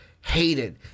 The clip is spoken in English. hated